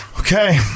Okay